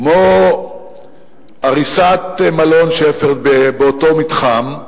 כמו ההחלטה על הריסת מלון "שפרד" באותו מתחם,